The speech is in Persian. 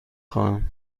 خواهم